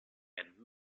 and